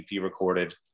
recorded